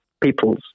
people's